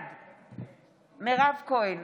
בעד מירב כהן,